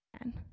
again